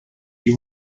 you